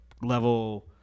level –